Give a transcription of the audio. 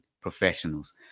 professionals